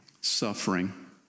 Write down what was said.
suffering